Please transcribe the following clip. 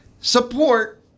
Support